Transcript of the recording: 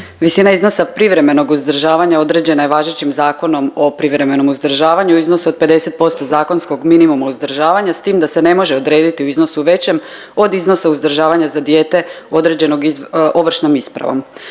Visina iznosa privremenog uzdržavanja određena je važećim Zakonom o privremenom uzdržavanja, iznos od 50% zakonskog minimuma uzdržavanja s tim da se ne može odrediti u iznosu većem od iznosa uzdržavanja za dijete određenog ovršnom ispravom.